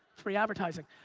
free advertising.